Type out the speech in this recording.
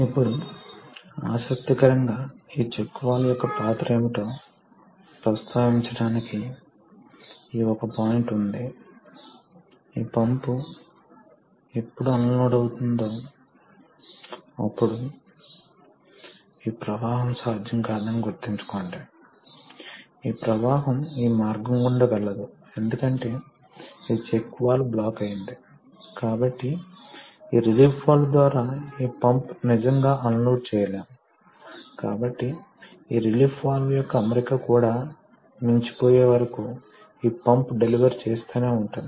అప్పుడు దీనిని అర్థం చేసుకున్న తరువాత మొదట చూద్దాం ఈ కోర్సు యొక్క మంచి భాగం కోసం మేము ఈ పాఠానికి వెళుతున్నాము మనం ఆ భాగాన్ని చూడబోతున్నాం కాబట్టి మనస్సులోకి వచ్చే మొదటి భాగం ద్రవం కాబట్టి ద్రవం కూడా పవర్ ని లేదా ప్రెషర్ ని ప్రసారం చేస్తుంది కాబట్టి ఇన్పుట్ పవర్ ని సృష్టిస్తాము మరియు పవర్ ద్రవం ద్వారా ప్రయాణిస్తుంది అది ద్రవాన్ని కంప్రెస్ చేయలేదు కానీ వేరే రూపంలో పవర్ ని ప్రసారం చేస్తుంది కాబట్టి ప్రెషర్ పరంగా ఉన్న ఫ్లూయిడ్ పవర్ మెకానికల్ పవర్ గా మారుతుంది